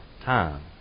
time